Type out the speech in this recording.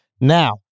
Now